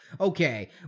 Okay